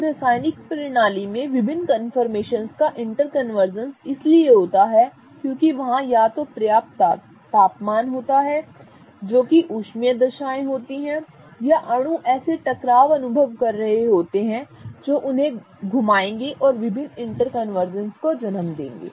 अब रासायनिक प्रणाली में विभिन्न कन्फर्मेशनस का इंटर कन्वर्जेंस इसलिए होता है क्योंकि वहाँ या तो पर्याप्त तापमान होता है जो कि ऊष्मीय दशाएँ होती हैं या अणु ऐसे टकराव अनुभव कर रहे होते हैं जो उन्हें घुमाएंगे और विभिन्न इंटर कन्वर्जेंस को जन्म देेगे